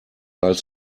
als